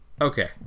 Okay